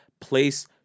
place